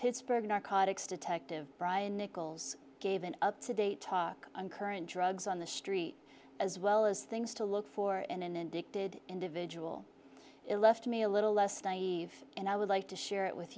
pittsburgh narcotics detective brian nichols gave an up to date talk on current drugs on the street as well as things to look for in an addicted individual to me a little less naive and i would like to share it with